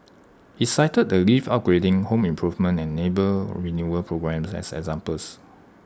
he cited the lift upgrading home improvement and neighbour renewal programmes as examples